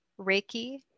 Reiki